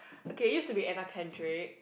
okay used to be Anna-Kendrick